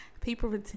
People